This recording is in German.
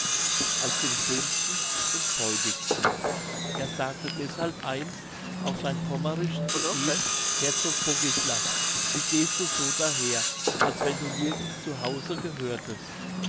als dem schönsten und freudigsten er sagte deshalb einst auf sein pommersch zu ihm herzog bogislav wie gehst du so daher als wenn du nirgends zu hause gehörtest